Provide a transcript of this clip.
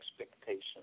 expectations